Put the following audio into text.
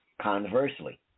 Conversely